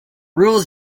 rules